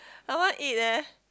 I want eat eh